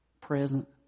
present